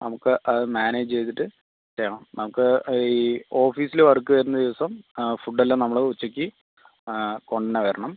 നമുക്ക് അത് മാനേജ് ചെയ്തിട്ട് ചെയ്യണം നമുക്ക് ഈ ഓഫീസിൽ വർക്ക് വരുന്ന ദിവസം ഫുഡ്ഡ് എല്ലം നമ്മൾ ഉച്ചയ്ക്ക് കൊണ്ടുവരണം